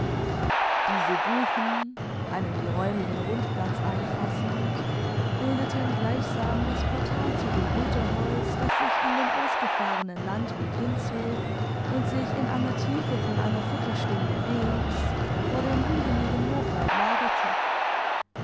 diese buchen einen geräumigen rundplatz einfassend bildeten gleichsam das portal zu dem unterholz das sich an dem ausgefahrenen landweg hinzog und sich in einer tiefe von einer viertelstunde wegs vor dem hügeligen hochwald lagerte